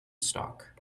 stock